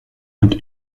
und